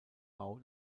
bau